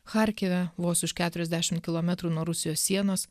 charkive vos už keturiasdešimt kilometrų nuo rusijos sienos